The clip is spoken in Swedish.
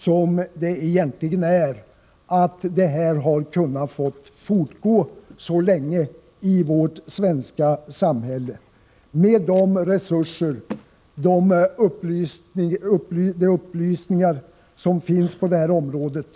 För det är egentligen skandal att detta har fått fortgå så länge i vårt svenska samhälle, med tanke på de resurser och de upplysningar som finns på det här området.